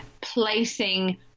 placing